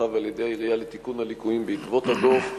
ועל-ידי העירייה לתיקון הליקויים בעקבות הדוח?